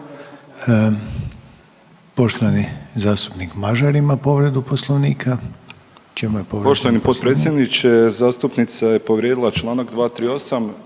Poštovani zastupnik Mažar ima povredu Poslovnika. U čem je povrijeđen Poslovnik? **Mažar, Nikola (HDZ)** Poštovani potpredsjedniče zastupnica je povrijedila Članak 238.